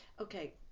Okay